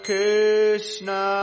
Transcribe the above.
Krishna